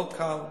לא קל.